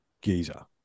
Giza